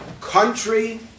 country